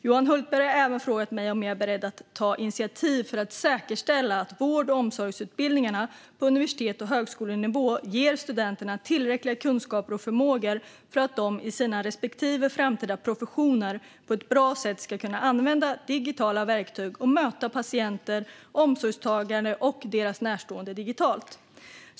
Johan Hultberg har även frågat mig om jag är beredd att ta initiativ för att säkerställa att vård och omsorgsutbildningarna på universitets och högskolenivå ger studenterna tillräckliga kunskaper och förmågor för att de i sina respektive framtida professioner på ett bra sätt ska kunna använda digitala verktyg och möta patienter, omsorgstagare och deras närstående digitalt.